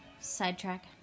sidetrack